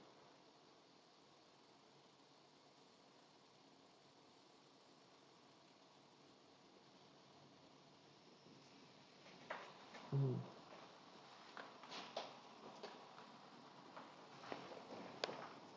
mm